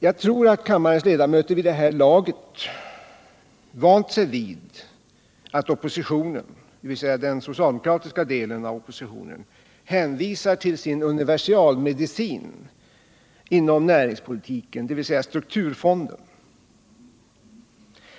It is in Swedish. Jag tror att kammarens ledamöter vid det här laget vant sig vid att den socialdemokratiska delen av oppositionen hänvisar till sin universalmedicin inom näringspolitiken, dvs. strukturfonden.